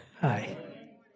Hi